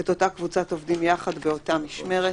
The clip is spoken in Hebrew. את אותה קבוצת עובדים יחד באותה משמרת,